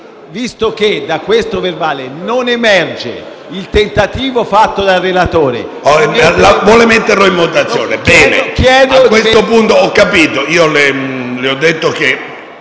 Visto che da questo verbale non emerge il tentativo fatto dal relatore...